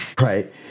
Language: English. Right